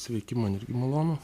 sveiki man irgi malonu